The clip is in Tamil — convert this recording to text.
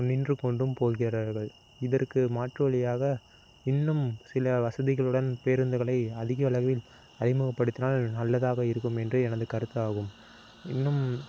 நின்று கொண்டு போகிறார்கள் இதற்கு மாற்று வழியாக இன்னும் சில வசதிகளுடன் பேருந்துகளை அதிக அளவில் அறிமுகப்படுத்தினால் நல்லதாக இருக்கும் என்று எனக்கு கருத்தாகும் இன்னும்